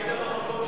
היית במקום,